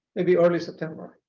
maybe early september,